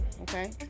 Okay